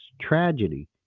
tragedy